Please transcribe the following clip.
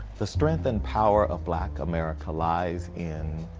the strength and power of black america lies in